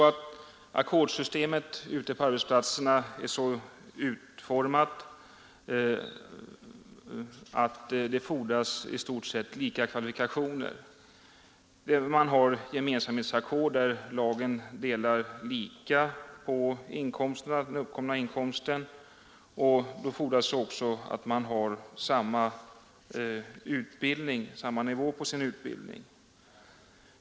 Ackordssystemet ute på arbetsplatserna är också så utformat, att det fordras i stort sett lika kvalifikationer hos arbetarna. Man har gemensamhetsackord, där lagen delar lika på den uppkomna inkomsten, och då fordras också att arbetarna har samma nivå på sin utbildning.